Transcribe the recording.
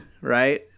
right